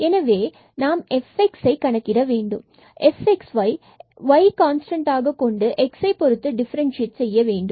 எனவே நாம் fx இதை கணக்கிட வேண்டும் அல்லது fx y கான்ஸ்டன்ட்டாக கொண்டு x இதை பொருத்து டிஃபரண்சியேட் செய்ய வேண்டும்